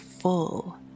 full